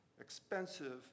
expensive